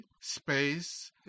space